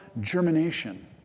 germination